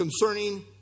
concerning